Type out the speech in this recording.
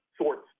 sorts